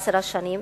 עשר שנים